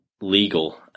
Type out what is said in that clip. legal